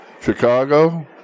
Chicago